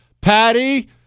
Patty